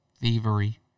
thievery